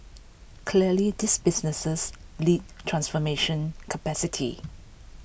clearly these businesses li transformation capacity